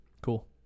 Cool